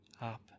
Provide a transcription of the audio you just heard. up